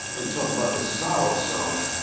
we talk about the sorrow songs,